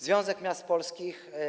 Związek Miast Polskich.